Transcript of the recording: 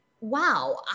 wow